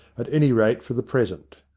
at any rate for the present.